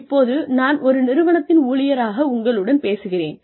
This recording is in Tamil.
இப்போது நான் ஒரு நிறுவனத்தின் ஊழியராக உங்களுடன் பேசுகிறேன்